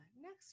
next